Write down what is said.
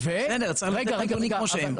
צריך להגיד את הנתונים כמו שהם.